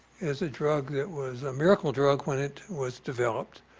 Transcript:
is a drug that was a miracle drug when it was developed.